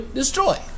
destroy